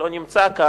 לא נמצא כאן,